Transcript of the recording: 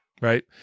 Right